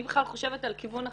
אני בכלל חושבת על כיוון אחר.